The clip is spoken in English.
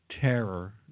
terror